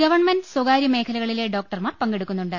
government സ്ഥകാര്യ മേഖലകളിലെ ഡോക്ടർമാർ പങ്കെടുക്കുന്നു ണ്ട്